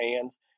hands